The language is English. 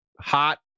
hot